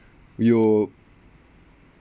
you will